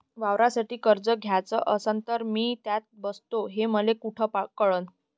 वावरासाठी कर्ज घ्याचं असन तर मी त्यात बसतो हे मले कुठ कळन?